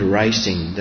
racing